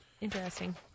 Interesting